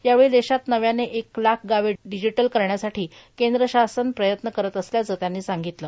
यावेळी देशात नव्याने एक लाख गावे डिजिटल करण्यासाठी केंद्र शासन प्रयत्न करत असल्याचं त्यांनी सांगितलं